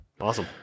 awesome